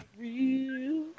real